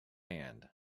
hand